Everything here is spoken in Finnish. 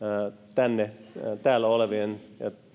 täällä olevien